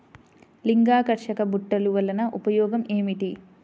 లింగాకర్షక బుట్టలు వలన ఉపయోగం ఏమిటి?